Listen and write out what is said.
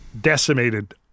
decimated